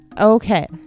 Okay